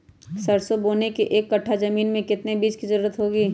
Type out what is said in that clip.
सरसो बोने के एक कट्ठा जमीन में कितने बीज की जरूरत होंगी?